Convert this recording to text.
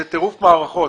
זה טירוף מערכות.